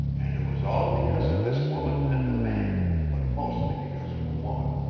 and it was all because of this woman and the man, but mostly because of the woman.